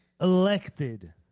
elected